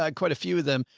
like quite a few of them.